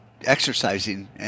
exercising